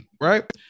right